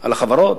על החברות,